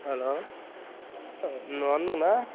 हेल' नआवनो दं ना